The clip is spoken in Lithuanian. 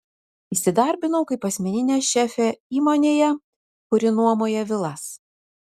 įsidarbinau kaip asmeninė šefė įmonėje kuri nuomoja vilas